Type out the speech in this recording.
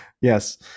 Yes